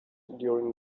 during